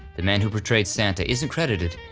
the man who portrayed santa isn't credited,